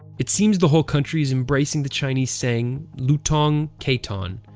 it seems the whole country is embracing the chinese saying, lutong caiton,